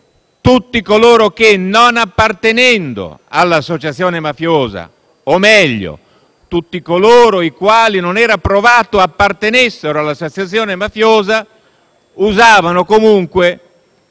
tutti coloro che, non appartenendo all'associazione mafiosa - o meglio: tutti coloro i quali non era provato appartenessero all'associazione mafiosa - usavano comunque,